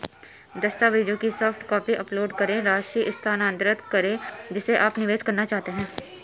दस्तावेजों की soft copy upload करें, राशि स्थानांतरित करें जिसे आप निवेश करना चाहते हैं